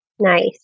Nice